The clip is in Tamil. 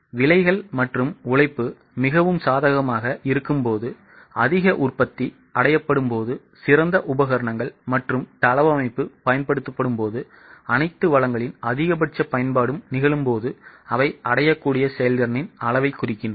விலைகள் மற்றும் உழைப்பு மிகவும் சாதகமாக இருக்கும்போது அதிக உற்பத்தி அடையப்படும்போது சிறந்த உபகரணங்கள் மற்றும் தளவமைப்பு பயன்படுத்தப்படும்போது அனைத்து வளங்களின் அதிகபட்ச பயன்பாடும் நிகழும்போது அவை அடையக்கூடிய செயல்திறனின் அளவைக் குறிக்கின்றன